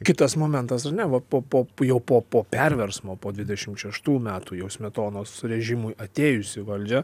kitas momentas ar ne va po po jau po po perversmo po dvidešim šeštų metų jau smetonos režimui atėjus įvaldžią